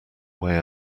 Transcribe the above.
way